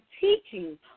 teaching